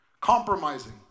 compromising